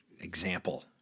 example